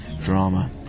drama